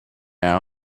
show